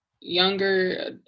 younger